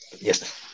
Yes